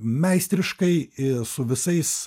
meistriškai i su visais